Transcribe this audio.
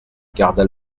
garda